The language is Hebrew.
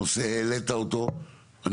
העלית את הנושא,